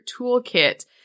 toolkit